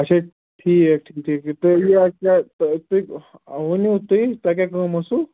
اَچھا ٹھیٖک ٹھیٖک تُہۍ یہِ کیٛاہ تُہۍ ؤنِو تُہۍ تۄہہِ کیٛاہ کٲم ٲسو